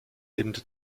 lebende